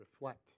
reflect